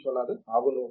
విశ్వనాథన్ అవును